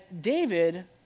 David